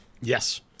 Yes